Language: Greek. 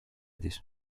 της